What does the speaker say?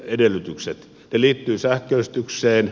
ne liittyvät sähköistykseen